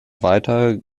weiter